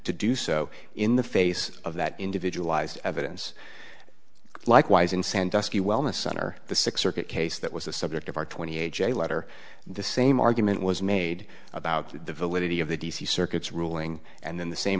to do so in the face of that individualized evidence likewise in sandusky wellness center the six circuit case that was the subject of our twenty eight j letter and the same argument was made about the validity of the d c circuits ruling and then the same